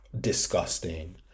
Disgusting